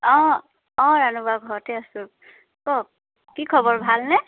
অঁ অঁ ৰাণু বা ঘৰতে আছো কওক কি খবৰ ভাল নে